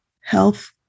health